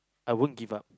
I won't give up